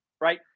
right